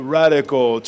radical